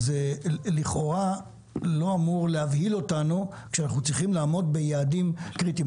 לכאורה זה לא אמור להבהיל אותנו כשאנחנו צריכים לעמוד ביעדים קריטיים.